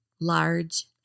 large